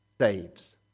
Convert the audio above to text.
saves